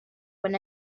when